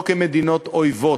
לא כמדינות אויבות.